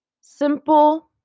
simple